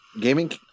Gaming